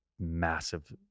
massive